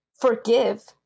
forgive